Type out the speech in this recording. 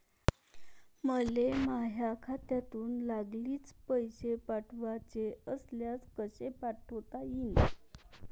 मले माह्या खात्यातून लागलीच पैसे पाठवाचे असल्यास कसे पाठोता यीन?